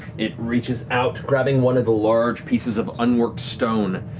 it reaches out, grabbing one of the large pieces of unworked stone,